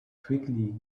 quickly